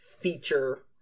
feature